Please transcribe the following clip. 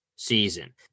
season